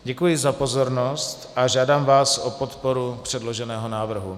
Děkuji za pozornost a žádám vás o podporu předloženého návrhu.